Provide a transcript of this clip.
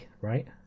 right